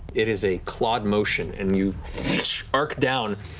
it is a clawed motion, and you arc down,